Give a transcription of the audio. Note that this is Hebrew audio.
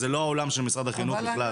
זה לא העולם של משרד החינוך בכלל.